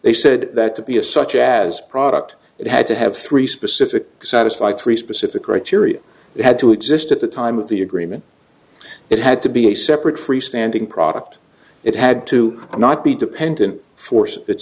they said that to be a such as product it had to have three specific satisfy three specific criteria they had to exist at the time of the agreement it had to be a separate freestanding product it had to not be dependent force that